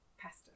Pasta